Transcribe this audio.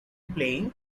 playing